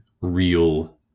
real